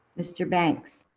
mr. banks?